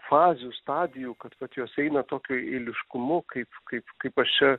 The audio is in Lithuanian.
fazių stadijų kad vat jos eina tokiu eiliškumu kaip kaip kaip aš čia